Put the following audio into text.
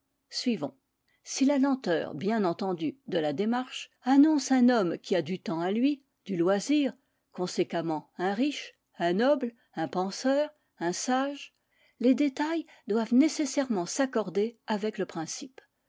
suivons si la lenteur bien entendue de la démarche annonce un homme qui a du temps à lui du loisir conséquemment un riche un noble un penseur un sage les détails doivent nécessairement s'accorder avec le principe